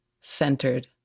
centered